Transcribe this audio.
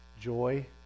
Joy